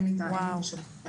איזה